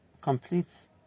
completes